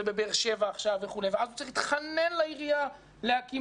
בבאר שבע עכשיו וכו' ואז הוא צריך להתחנן לעירייה להקים